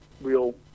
real